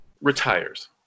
retires